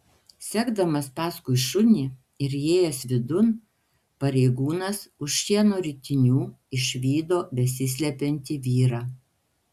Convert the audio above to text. sekdamas paskui šunį ir įėjęs vidun pareigūnas už šieno ritinių išvydo besislepiantį vyrą